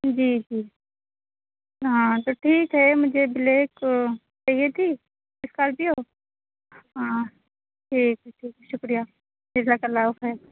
جی جی ہاں تو ٹھیک ہے مجھے بلیک چاہیے تھی اسکارپیو ہاں ٹھیک ہے ٹھیک شکریہ جزاک اللہ خیر